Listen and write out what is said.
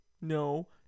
no